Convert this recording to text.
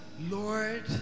Lord